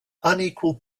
unequal